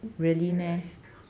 carrot is carb~